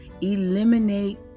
Eliminate